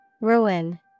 Ruin